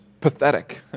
pathetic